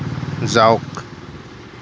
যাওক